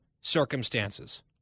circumstances